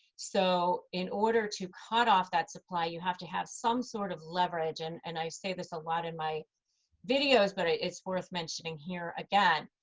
so in order to cut off that supply, you have to have some sort of leverage. and and i say this a lot in my videos, but it's worth mentioning here again,